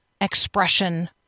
expression